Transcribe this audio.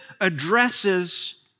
addresses